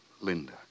Linda